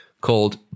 called